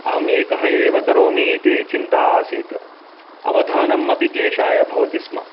अहम् एकः एव करोमि इति चिन्ता आसीत् अवधानम् अपि क्लेशाय भवति स्म